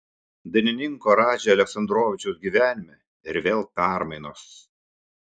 dainininko radži aleksandrovičiaus gyvenime ir vėl permainos